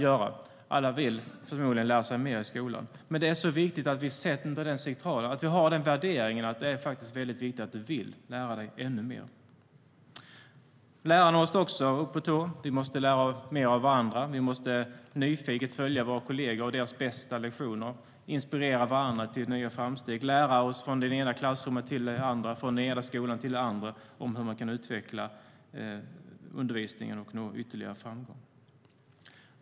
Alla vill förmodligen lära sig mer i skolan. Det är viktigt att vi har den värderingen att det är väldigt viktigt att du vill lära dig ännu mer. Lärarna måste också upp på tå. Vi måste lära mer av varandra. Vi måste nyfiket följa våra kollegor och deras bästa lektioner, inspirera varandra till nya framsteg och lära oss från det ena klassrummet till det andra och från den ena skolan till den andra om hur man kan utveckla undervisning och nå ytterligare framgång.